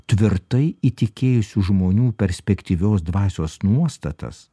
tvirtai įtikėjusių žmonių perspektyvios dvasios nuostatas